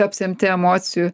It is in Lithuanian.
apsemti emocijų